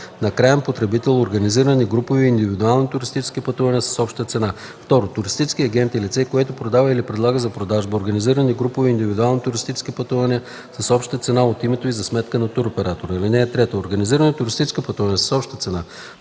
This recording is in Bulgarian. на краен потребител организирани групови и индивидуални туристически пътувания с обща цена; 2. туристически агент е лице, което продава или предлага за продажба организирани групови и индивидуални туристически пътувания с обща цена от името и за сметка на туроператор. (3) Организирани туристически пътувания с обща цена,